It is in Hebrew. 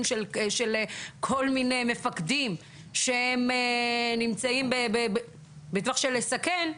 של כל מיני מפקדים שנמצאים בטווח של לסכן,